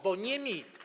Bo nie mi.